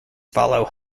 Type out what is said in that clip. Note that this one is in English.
follow